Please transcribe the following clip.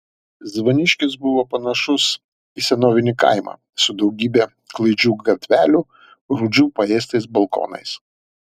zvaniškis buvo panašus į senovinį kaimą su daugybe klaidžių gatvelių rūdžių paėstais balkonais